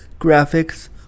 graphics